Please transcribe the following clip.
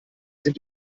sind